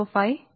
సమానం